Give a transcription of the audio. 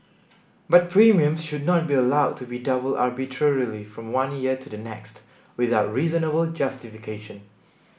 but premiums should not be allowed to be doubled arbitrarily from one year to the next without reasonable justification